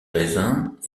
raisins